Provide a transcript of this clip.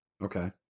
Okay